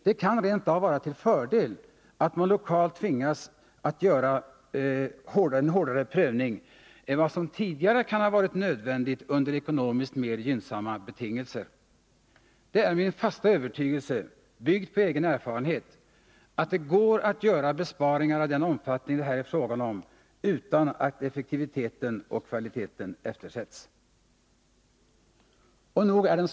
Det kan rent av vara till fördel att man lokalt tvingas att göra en hårdare prövning än vad som tidigare kan ha varit nödvändigt under ekonomiskt mer gynnsamma betingelser. Det är min fasta övertygelse, byggd på egen erfarenhet, att det går att göra besparingar av den omfattning det här är fråga om utan att effektiviteten och kvaliteten eftersätts. Och nog är der.